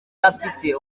afite